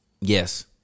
Yes